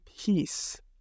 peace